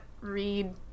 read